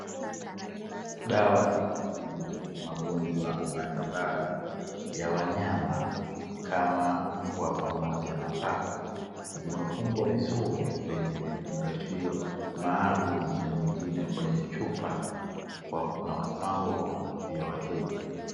Dawa za kutibu magonjwa mbalimbali ya wanyama kama mbwa pamoja na paka, zimefungwa vizuri kwenye vifungashio maalumu na nyingine kwenye chupa na kupangwa kwa kuvutia wateja.